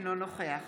אינו נוכח